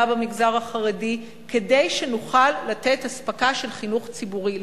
במגזר החרדי כדי שנוכל לתת אספקה של חינוך ציבורי לכול.